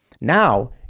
Now